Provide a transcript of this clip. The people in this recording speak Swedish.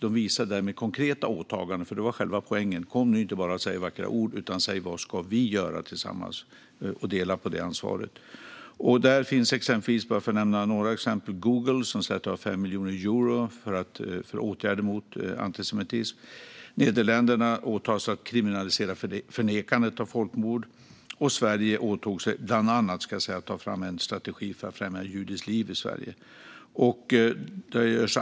De visade därmed konkreta åtaganden, för det var själva poängen - kom nu inte bara och säg vackra ord, utan säg vad vi ska göra tillsammans och dela på det ansvaret! För att nämna bara några exempel har Google satt av 5 miljoner euro till åtgärder mot antisemitism. Nederländerna åtog sig att kriminalisera förnekandet av folkmord, och Sverige åtog sig - bland annat, ska jag säga - att ta fram en strategi för att främja judiskt liv i Sverige.